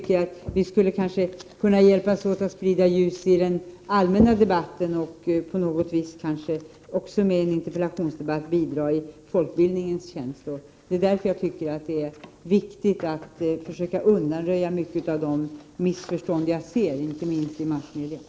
Men vi skulle kanske kunna hjälpas åt att sprida ljus i den allmänna debatten och med en interpellationsdebatt kanske också ge bidrag i folkbildningens tjänst. Det är därför jag tycker att det är viktigt att försöka undanröja mycket av de missförstånd jag ser, inte minst i massmedia.